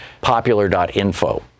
popular.info